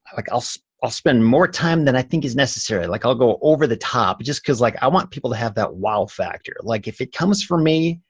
like i'll so i'll spend more time than i think is necessary. like i'll go over the top just cause like i want people to have that wow factor. like if it comes from me,